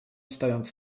stojąc